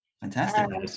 Fantastic